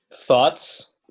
Thoughts